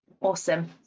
Awesome